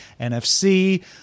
nfc